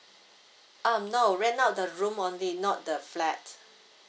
um no rent out the room only not the flat